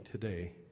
today